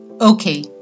Okay